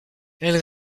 elle